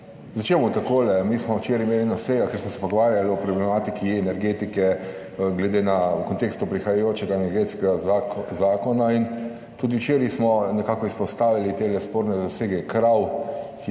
Začel bom takole. Mi smo včeraj imeli eno sejo kjer smo se pogovarjali o problematiki energetike glede na, v kontekstu prihajajočega energetskega zakona in tudi včeraj smo nekako izpostavili te sporne zasege krav, ki